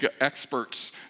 experts